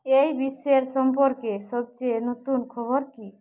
এই বিশ্বের সম্পর্কে সবচেয়ে নতুন খবর কী